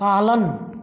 पालन